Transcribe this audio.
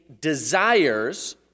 desires